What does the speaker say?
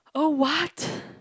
oh what